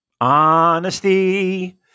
Honesty